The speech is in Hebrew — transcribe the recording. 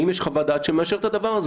האם יש חוות דעת שמאשרת את הדבר הזה?